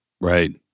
Right